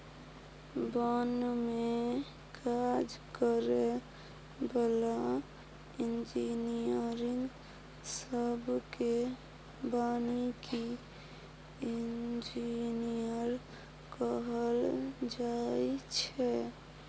बन में काज करै बला इंजीनियरिंग सब केँ बानिकी इंजीनियर कहल जाइ छै